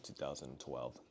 2012